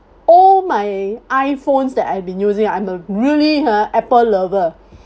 all my iphones that I've been using I'm a really ha apple lover